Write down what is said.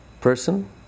person